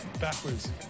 backwards